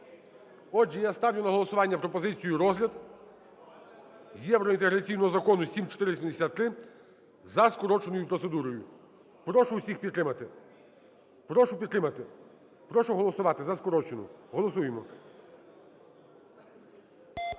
Отже, я ставлю на голосування пропозицію: розгляд євроінтеграційного Закону 7473 за скороченою процедурою. Прошу всіх підтримати. Прошу підтримати, прошу голосувати за скорочену. Голосуємо.